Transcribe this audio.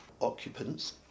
occupants